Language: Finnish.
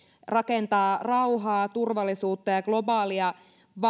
rakentaa rauhaa turvallisuutta ja ja globaalia